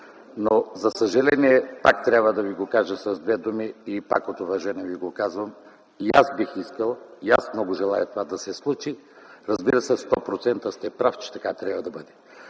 Но за съжаление, пак трябва да Ви го кажа с две думи и пак от уважение Ви го казвам – и аз бих искал, и аз много желая това да се случи. Разбира се, 100% сте прав, че така трябва да бъде.